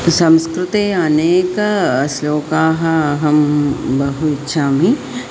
संस्कृते अनेकान् श्लोकान् अहं बहु इच्छामि